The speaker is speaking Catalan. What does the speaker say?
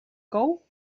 cou